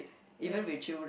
yes